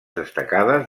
destacades